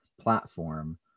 platform